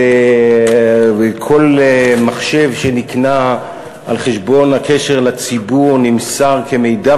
וכל מחשב שנקנה על חשבון הקשר לציבור נמסר כמידע,